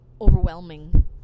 overwhelming